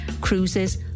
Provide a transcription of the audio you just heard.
cruises